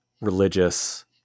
religious